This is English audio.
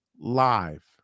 live